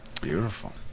Beautiful